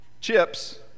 chips